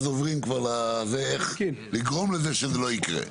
אז עוברים כבר לאיך לגרום לזה שזה לא יקרה.